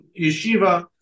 yeshiva